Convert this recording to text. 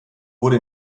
wurde